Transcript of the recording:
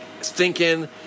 stinking